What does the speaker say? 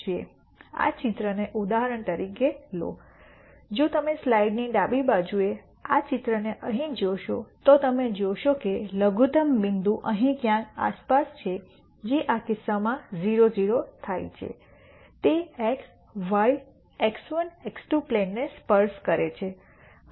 આ ચિત્રને ઉદાહરણ તરીકે લો જો તમે સ્લાઇડની ડાબી બાજુ આ ચિત્રને અહીં જોશો તો તમે જોશો કે લઘુત્તમ બિંદુ અહીં ક્યાંક આસપાસ છે જે આ કિસ્સામાં 0 0 થાય છે તે x y x1 x2 plane ને સ્પર્શ કરે છે